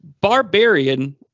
barbarian